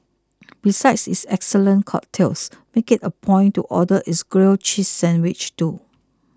besides its excellent cocktails make it a point to order its grilled cheese sandwich too